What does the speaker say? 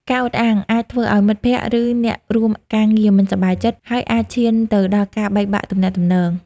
ការអួតអាងអាចធ្វើឱ្យមិត្តភក្តិ ឬអ្នករួមការងារមិនសប្បាយចិត្ត ហើយអាចឈានទៅដល់ការបែកបាក់ទំនាក់ទំនង។